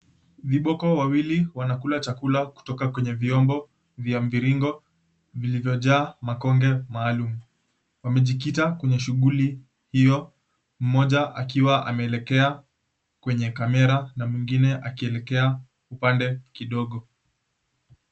Viboko wawili wanakula chakula kutoka kwenye vyombo vya mviringo vilivyojaa makonge maalum. Wamejikita kwenye shughuli hio, mmoja akiwa ameelekea kwenye kamera na mwingine akielekea upande kidogo.